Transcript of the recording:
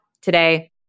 today